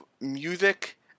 music